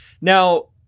Now